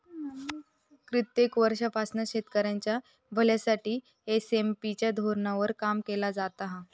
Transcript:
कित्येक वर्षांपासना शेतकऱ्यांच्या भल्यासाठी एस.एम.पी च्या धोरणावर काम केला जाता हा